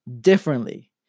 differently